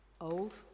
old